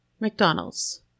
McDonald's